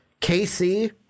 KC